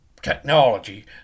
technology